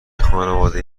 خانواده